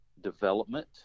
development